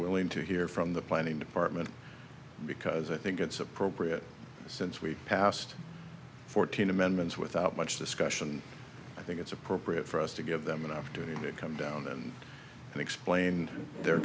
willing to hear from the planning department because i think it's appropriate since we passed fourteen amendments without much discussion i think it's appropriate for us to give them an opportunity to come down and explain their